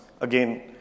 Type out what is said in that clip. Again